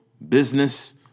business